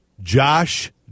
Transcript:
Josh